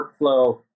workflow